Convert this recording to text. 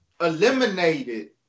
eliminated